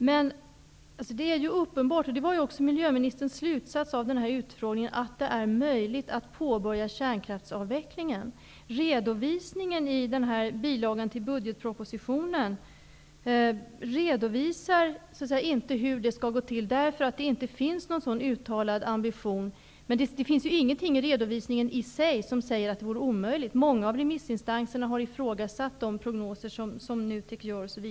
Fru talman! Det är uppenbart -- det var alltså miljöministerns slutsats av utfrågningen -- att det är möjligt att påbörja kärnkraftsavvecklingen. I redovisningen i bilagan till budgetpropositionen anges inte hur det skall gå till, därför att det inte finns någon sådan uttalad ambition. Men det finns ingenting i redovisningen i sig som säger att det är omöjligt. Många av remissinstanserna har ifrågasatt NUTEK:s prognoser.